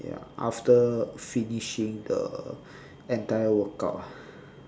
ya after finishing the entire workout